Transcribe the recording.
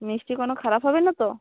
মিষ্টি কোনো খারাপ হবে না তো